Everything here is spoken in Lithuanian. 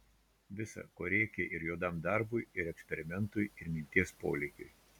visa ko reikia ir juodam darbui ir eksperimentui ir minties polėkiui